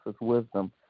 wisdom